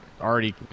already